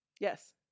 Yes